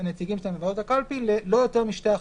הנציגים שלהם בוועדות הקלפי ללא יותר משתי החלפות.